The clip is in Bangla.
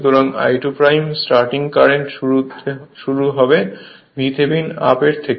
সুতরাং I2 স্টার্টিং কারেন্ট শুরু হবে VThevenin আপ এর থেকে